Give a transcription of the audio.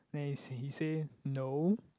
then he say he say no